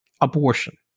abortion